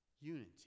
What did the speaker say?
unity